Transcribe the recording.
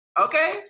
Okay